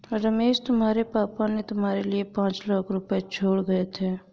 रमेश तुम्हारे पापा ने तुम्हारे लिए पांच लाख रुपए छोड़े गए थे